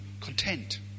content